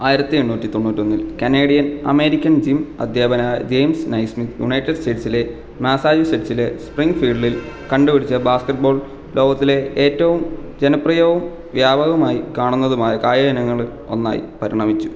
ആയിരത്തി എണ്ണൂറ്റി തൊണ്ണൂറ്റൊന്നിൽ കനേഡിയൻ അമേരിക്കൻ ജിം അധ്യാപകനായ ജെയിംസ് നൈസ്മിത്ത് യുണൈറ്റഡ് സ്റ്റേറ്റ്സിലെ മാസച്യുസെറ്റ്സിലെ സ്പ്രിംഗ്ഫീൽഡിൽ കണ്ടുപിടിച്ച ബാസ്കറ്റ്ബോൾ ലോകത്തിലെ ഏറ്റവും ജനപ്രിയവും വ്യാപകമായി കാണുന്നതുമായ കായിക ഇനങ്ങളിൽ ഒന്നായി പരിണമിച്ചു